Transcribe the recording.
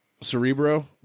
Cerebro